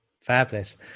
fabulous